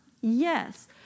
yes